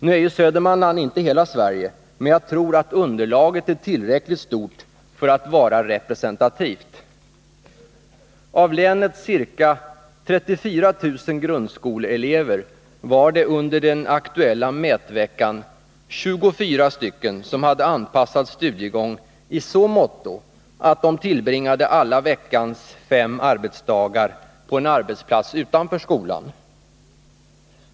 Nu är ju Södermanland inte hela Sverige, men jag tror att underlaget är tillräckligt stort för att vara representativt. Av länets 34 000 grundskoleelever var det under den aktuella mätveckan 24 som hade anpassad studiegång i så måtto att de tillbringade alla veckans fem arbetsdagar på en arbetsplats utanför skolan.